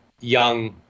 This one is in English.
young